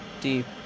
deep